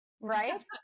right